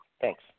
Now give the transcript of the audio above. Thanks